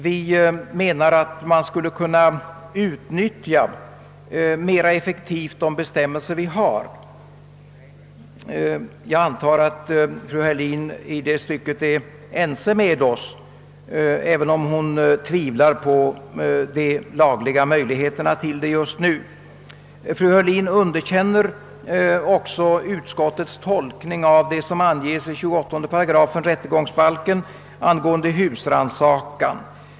Vi menar att man mera effektivt skulle kunna utnyttja de bestämmelser vi har. Jag antar att fru Heurlin i det stycket är ense med oss, även om hon tvivlar på de lagliga möjligheterna just nu. Fru Heurlin underkänner också utskottets tolkning av det som anges i 28 § rättegångsbalken angående husraännsakan.